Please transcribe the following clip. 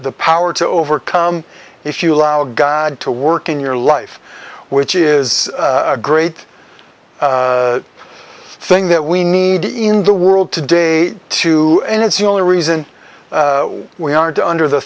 the power to overcome if you allow god to work in your life which is a great thing that we need in the world today too and it's the only reason we aren't under the